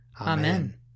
Amen